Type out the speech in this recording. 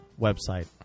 website